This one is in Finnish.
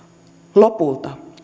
lopulta